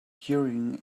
queuing